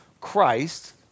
Christ